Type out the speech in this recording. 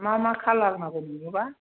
मा मा कालार नांगौ नोंनोबा